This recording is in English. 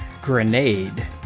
grenade